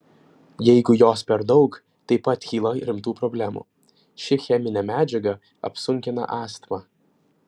jeigu jos per daug taip pat kyla rimtų problemų ši cheminė medžiaga apsunkina astmą